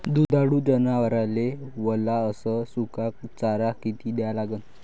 दुधाळू जनावराइले वला अस सुका चारा किती द्या लागन?